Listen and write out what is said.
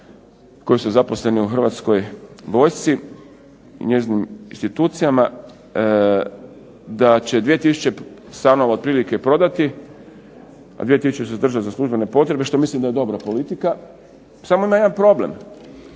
koji su zaposleni u Hrvatskoj vojsci, i njezinim institucijama, da će 2 tisuće stanova otprilike prodati, a 2 tisuće zadržati za službene potrebe, što mislim da je dobra politika, samo ima jedan problem,